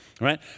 right